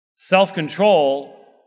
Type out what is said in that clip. Self-control